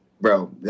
bro